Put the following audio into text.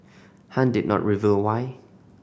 Han did not reveal why